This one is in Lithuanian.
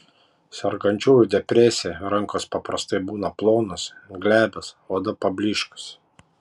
sergančiųjų depresija rankos paprastai būna plonos glebios oda pablyškusi